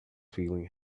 feeling